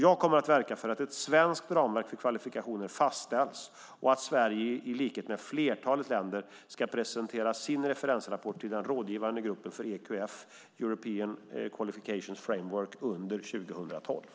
Jag kommer att verka för att ett svenskt ramverk för kvalifikationer fastställs och att Sverige, i likhet med flertalet länder, ska presentera sin referensrapport till den rådgivande gruppen för EQF, The European Qualifications Framework, under 2012.